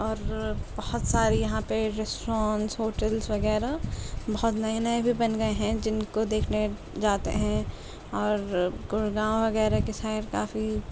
اور بہت ساری یہاں پہ ریسٹورنٹ ہوٹلس وغیرہ بہت نئے نئے بھی بن گئے ہیں جن کو دیکھنے جاتے ہیں اور گڑگاؤں وغیرہ کے سائیڈ کافی